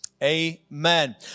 Amen